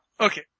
Okay